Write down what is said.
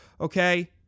okay